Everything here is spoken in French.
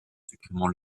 supprimant